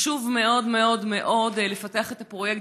חשוב מאוד מאוד מאוד לפתח את הפרויקט,